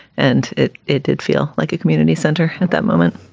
and it it did feel like a community center at that moment,